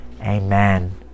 Amen